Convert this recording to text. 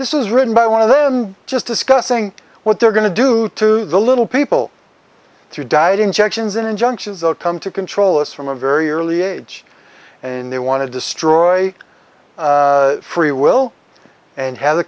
this is written by one of then just discussing what they're going to do to the little people through diet injections injunctions all come to control us from a very early age and they want to destroy free will and have the